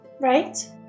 right